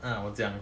ah 我讲